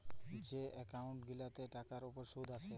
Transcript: যে এক্কাউল্ট গিলাতে টাকার উপর সুদ আসে